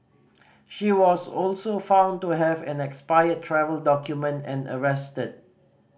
she was also found to have an expired travel document and arrested